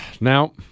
Now